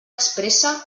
expressa